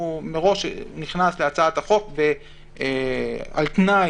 הוא מראש נכנס להצעת החוק על תנאי,